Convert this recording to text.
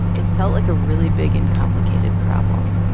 it felt like a really big and complicated problem.